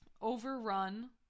overrun